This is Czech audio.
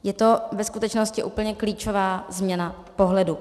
Je to ve skutečnosti úplně klíčová změna pohledu.